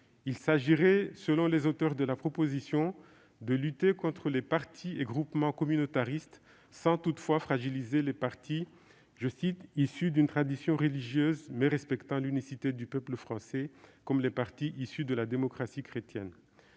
Il s'agirait, selon les auteurs de la proposition de loi, de lutter contre les partis et groupements communautaristes, sans toutefois fragiliser les partis « issus d'une tradition religieuse, mais respectant l'unicité du peuple français, comme les partis issus de la démocratie chrétienne